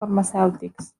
farmacèutics